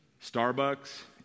Starbucks